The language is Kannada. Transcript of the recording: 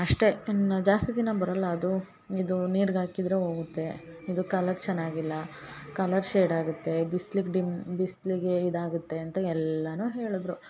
ಅಷ್ಟೇ ಇನ್ನ ಜಾಸ್ತಿ ದಿನ ಬರಲ್ಲ ಅದು ಇದು ನೀರ್ಗೆ ಹಾಕಿದ್ರೆ ಹೋಗುತ್ತೆ ಇದು ಕಲರ್ ಚೆನ್ನಾಗಿಲ್ಲ ಕಲರ್ ಶೇಡ್ ಆಗತ್ತೆ ಬಿಸ್ಲಿಗೆ ಡಿಮ್ ಬಿಸ್ಲಿಗೆ ಇದಾಗತ್ತೆ ಅಂತ ಎಲ್ಲಾನು ಹೇಳದರು